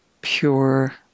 pure